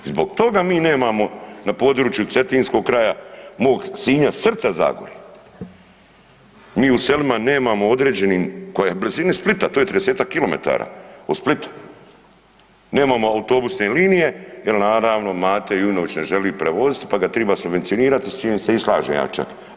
Zbog toga mi nemamo na području Cetinskog kraja mog Sinja srca Zagore, mi u selima nemamo određenim koja su u blizini Splita, to je 30-tak kilometara od Splita nemamo autobusne linije jer naravno Mate Jujnović ne želi prevoziti, pa ga treba subvencionirati s čim se i slažem ja čak.